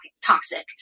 toxic